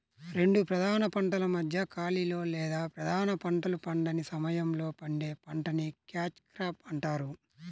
రెండు ప్రధాన పంటల మధ్య ఖాళీలో లేదా ప్రధాన పంటలు పండని సమయంలో పండే పంటని క్యాచ్ క్రాప్ అంటారు